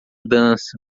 dança